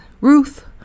Ruth